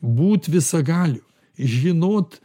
būt visagaliu žinot